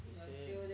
you say you